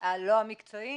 הלא מקצועי,